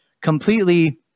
completely